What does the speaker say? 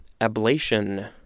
Ablation